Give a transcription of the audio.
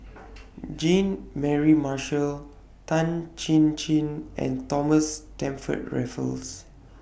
Jean Mary Marshall Tan Chin Chin and Thomas Stamford Raffles